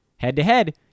Head-to-head